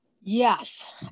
Yes